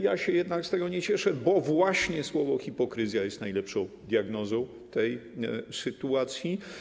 Ja się jednak z tego nie cieszę, bo właśnie słowo: hipokryzja jest najlepszą diagnozą tej sytuacji.